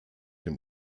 dem